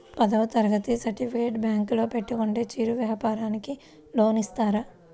పదవ తరగతి సర్టిఫికేట్ బ్యాంకులో పెట్టుకుంటే చిరు వ్యాపారంకి లోన్ ఇస్తారా?